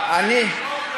יש עתיד.